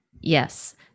Yes